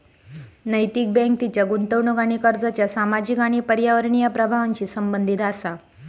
नैतिक बँक तिच्या गुंतवणूक आणि कर्जाच्या सामाजिक आणि पर्यावरणीय प्रभावांशी संबंधित असा